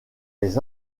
les